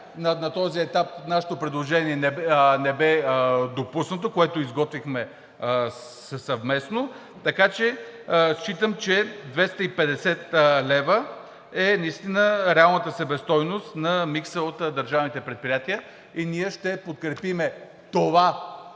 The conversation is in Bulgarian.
На този етап нашето предложение не бе допуснато, което изготвихме съвместно, така че считам, че 250 лв. е наистина реалната себестойност на микса от държавните предприятия и ние ще подкрепим това